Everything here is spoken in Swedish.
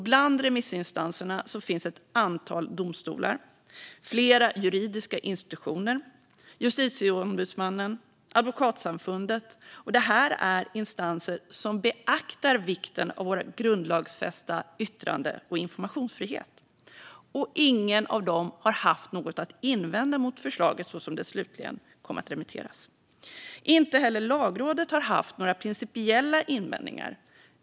Bland remissinstanserna finns ett antal domstolar, flera juridiska institutioner, Justitieombudsmannen och Advokatsamfundet. Det här är instanser som beaktar vikten av vår grundlagsfästa yttrande och informationsfrihet, och ingen av dem har haft något att invända mot förslaget så som det slutligen kom att remitteras. Inte heller Lagrådet har haft några principiella invändningar.